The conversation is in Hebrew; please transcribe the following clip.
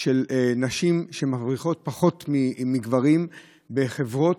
של נשים שמרוויחות פחות מגברים בחברות,